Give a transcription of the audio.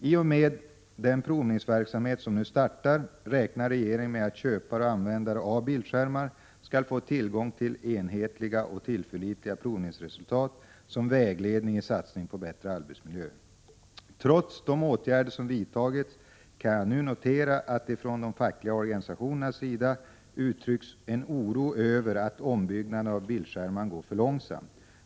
I och med den provningsverksamhet som nu startar räknar regeringen med att köpare och användare av bildskärmsterminaler skall få tillgång till enhetliga och tillförlitliga provningsresultat som vägledning i satsningen på bättre arbetsmiljö. Trots de åtgärder som vidtagits kan jag nu notera att det från de fackliga organisationernas sida uttrycks en oro över att ombyggnaden av bildskärmar går för långsamt.